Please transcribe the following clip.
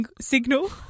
signal